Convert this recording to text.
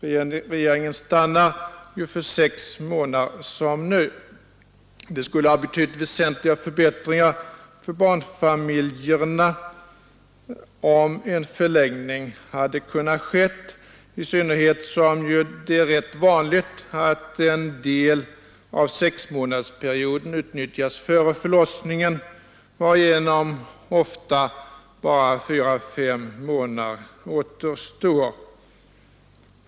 Regeringen har stannat för att bibehålla ersättningstiden sex månader. Det skulle ha betytt väsentliga förbättringar för barnfamiljerna, om en förlängning hade kunnat ske, i synnerhet som det är rätt vanligt att en del av sexmånadersperioden utnyttjas före förlossningen, varigenom ofta bara fyra, fem månader återstår.